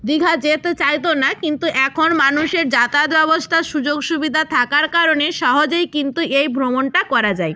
দীঘা যেতে চাইতো না কিন্তু এখন মানুষের যাতায়াত ব্যবস্থার সুযোগ সুবিধা থাকার কারণে সহজেই কিন্তু এই ভ্রমণটা করা যায়